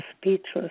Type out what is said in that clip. speechless